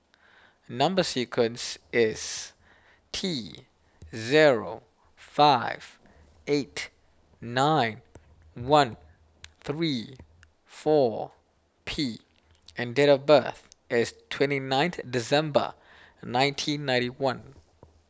Number Sequence is T zero five eight nine one three four P and date of birth is twenty ninth December nineteen ninety one